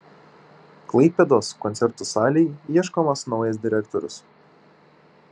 klaipėdos koncertų salei ieškomas naujas direktorius